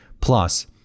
plus